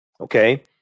Okay